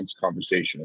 conversation